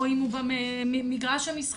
או אם הוא במגרש המשחקים,